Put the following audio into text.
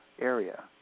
area